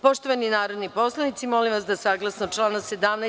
Poštovani narodni poslanici, molim vas da, saglasno članu 17.